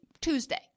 Tuesday